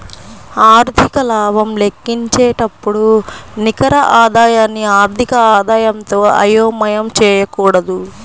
ఆర్థిక లాభం లెక్కించేటప్పుడు నికర ఆదాయాన్ని ఆర్థిక ఆదాయంతో అయోమయం చేయకూడదు